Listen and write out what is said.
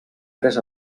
tres